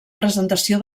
presentació